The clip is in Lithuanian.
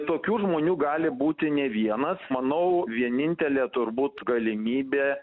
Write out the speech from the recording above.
tokių žmonių gali būti ne vienas manau vienintelė turbūt galimybė